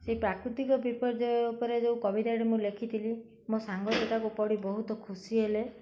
ସେଇ ପ୍ରାକୃତିକ ବିପର୍ଯ୍ୟୟ ଉପରେ ଯେଉଁ କବିତାଟି ମୁଁ ଲେଖିଥିଲି ମୋ ସାଙ୍ଗ ତାକୁ ପଢ଼ି ବହୁତ ଖୁସି ହେଲେ